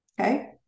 Okay